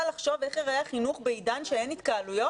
לחשוב איך ייראה החינוך בעידן שאין התקהלויות?